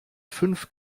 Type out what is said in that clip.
fünf